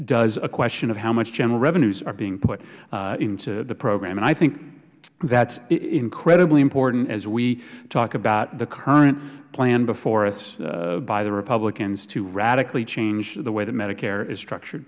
does a question of how much general revenues are being put into the program i think that's incredibly important as we talk about the current plan before us by the republicans to radically change the way that medicare is structured